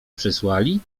przysłali